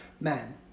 Man